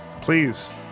Please